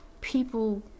people